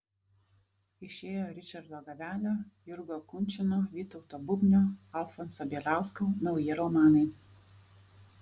išėjo ričardo gavelio jurgio kunčino vytauto bubnio alfonso bieliausko nauji romanai